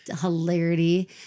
Hilarity